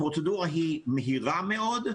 הפרוצדורה היא מהירה מאוד,